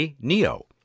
NEO